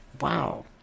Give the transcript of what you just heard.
wow